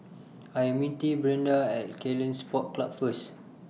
I Am meeting Brianda At Ceylon Sports Club First